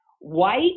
white